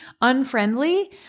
unfriendly